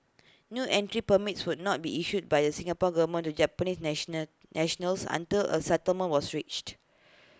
new entry permits would not be issued by the Singapore Government to Japanese nationals nationals until A settlement was reached